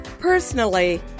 Personally